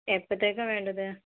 എപ്പോഴേക്കാ വേണ്ടത്